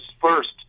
first